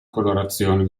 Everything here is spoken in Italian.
colorazione